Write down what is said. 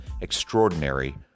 extraordinary